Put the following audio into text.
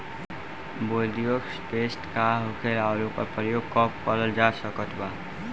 Bordeaux paste का होखेला और ओकर प्रयोग कब करल जा सकत बा?